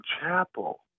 Chapel